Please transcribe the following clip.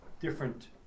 Different